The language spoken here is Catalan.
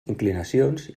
inclinacions